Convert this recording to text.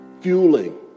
fueling